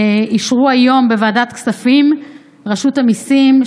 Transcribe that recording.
אישרו היום בוועדת כספים שרשות המיסים,